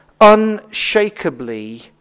unshakably